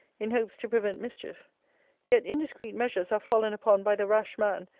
in hopes to prevent mischief yet indiscreet measures are fallen upon by the rash man,